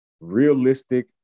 realistic